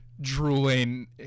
Drooling